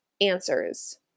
answers